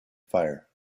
fire